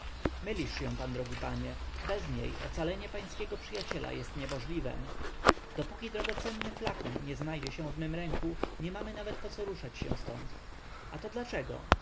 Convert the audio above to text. mylisz się drogi panie odrzekłem bez niej ocalenie pańskiego przyjaciela jest niemożliwem dopóki drogocenny flakon nie znajdzie się w mych ręku nie mamy nawet po co ruszać się ztąd a to dlaczego